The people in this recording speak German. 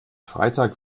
freitag